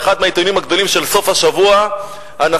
באחד מהעיתונים הגדולים של סוף השבוע אנחנו